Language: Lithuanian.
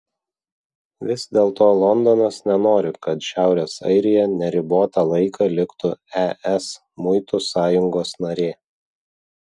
vis dėlto londonas nenori kad šiaurės airija neribotą laiką liktų es muitų sąjungos narė